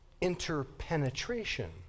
interpenetration